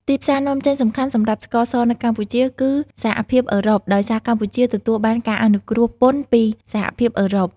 ទីផ្សារនាំចេញសំខាន់សម្រាប់ស្ករសនៅកម្ពុជា គឺសហភាពអឺរ៉ុប ដោយសារកម្ពុជាទទួលបានការអនុគ្រោះពន្ធពីសហភាពអឺរ៉ុប។